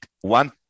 one